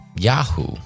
Yahoo